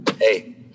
hey